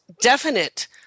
definite